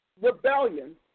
Rebellion